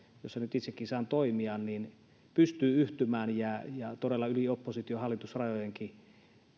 jossa nyt itsekin saan toimia pystyy yhtymään ja todella yli oppositio hallitus rajojenkin